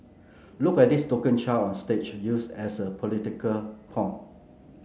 look at this token child on stage used as a political pawn